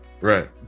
Right